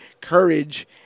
courage